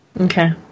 Okay